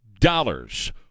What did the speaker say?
dollars